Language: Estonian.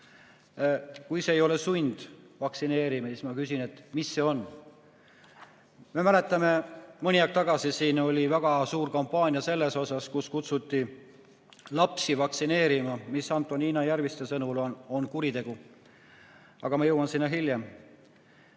Kui see ei ole sundvaktsineerimine, siis ma küsin: mis see on? Me mäletame, et mõni aeg tagasi siin oli väga suur kampaania, kus kutsuti lapsi vaktsineerima. See on Antonina Järvistu sõnul kuritegu. Aga ma jõuan sinna hiljem.